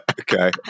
okay